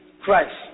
Christ